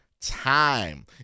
time